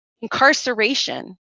Incarceration